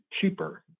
cheaper